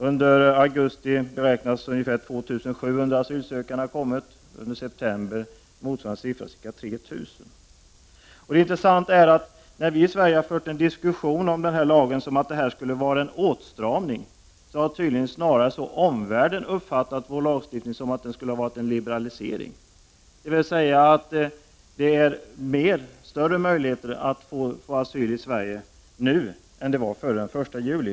Under augusti beräknas ungefär 2 700 asylsökande ha kommit. För september är motsvarande siffra ca 3 000. Det intressanta är att när vi i Sverige har fört en diskussion om att den nya lagen skulle innebära en åtstramning, har tydligen omvärlden snarast uppfattat det som att det skulle vara fråga om en liberalisering, dvs. att det nu finns större möjligheter att få asyl i Sverige än det var före den 1 juli.